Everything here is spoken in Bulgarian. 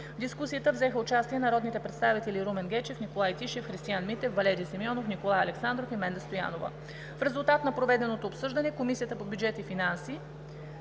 дискусията взеха участие народните представители Румен Гечев, Николай Тишев, Христиан Митев, Валери Симеонов, Николай Александров и Менда Стоянова. В резултат на проведеното обсъждане Комисията по бюджет и финанси